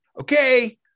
Okay